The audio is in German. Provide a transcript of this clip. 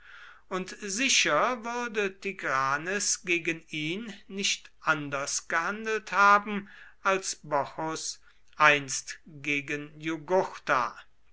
und sicher würde tigranes gegen ihn nicht anders gehandelt haben als bocchus einst gegen